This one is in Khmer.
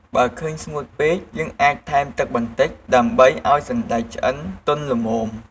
បើឃើញស្ងួតពេក យើងអាចថែមទឹកបន្តិច ដើម្បីឱ្យសណ្ដែកឆ្អិនទន់ល្មម។